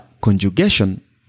conjugation